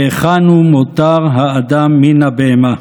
והיכן הוא מותר האדם מן הבהמה?